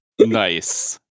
Nice